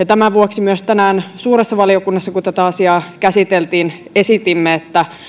tämän vuoksi myös tänään suuressa valiokunnassa kun tätä asiaa käsiteltiin esitimme että